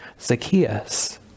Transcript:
Zacchaeus